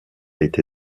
été